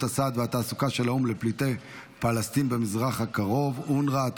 הסעד והתעסוקה של האו"ם לפליטי פלסטין במזרח הקרוב (אונר"א)),